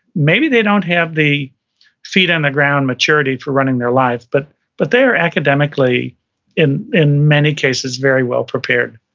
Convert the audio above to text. maybe they don't have the feet on the ground maturity for running their life, but but they are academically in in many cases, very well prepared.